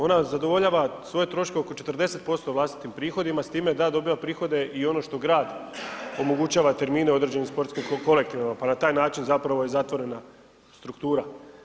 Ona zadovoljava svoje troškove oko 40% s vlastitim prihodima s time da dobiva prihode i ono što grad omogućava termine određenim sportskim kolektivima pa na taj način zapravo je zatvorena struktura.